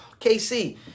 kc